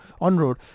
on-road